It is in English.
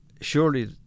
surely